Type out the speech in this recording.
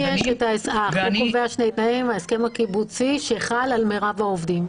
החוק קובע שני תנאים: ההסכם הקיבוצי שחל על מרב העובדים.